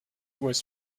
was